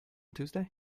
tuesday